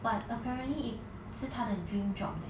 but apparently 是她的 dream job leh